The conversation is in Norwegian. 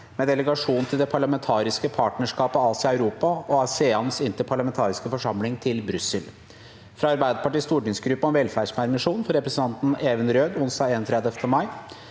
med delegasjonen til det parlamentariske partnerskapet Asia-Europa og ASEANs interparlamentariske forsamling, til Brussel – fra Arbeiderpartiets stortingsgruppe om velferdspermisjon for representanten Even A. Røed onsdag 31.